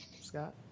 Scott